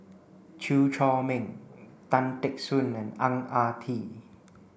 Chew Chor Meng Tan Teck Soon and Ang Ah Tee